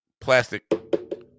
plastic